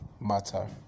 matter